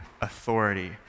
authority